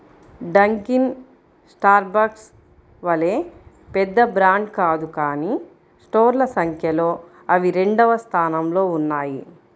Dunkin Starbucks వలె పెద్ద brand కాదు కానీ స్టోర్ల సంఖ్యలో అవి రెండవ స్థానంలో ఉన్నాయి